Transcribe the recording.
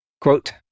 quote